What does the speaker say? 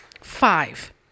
five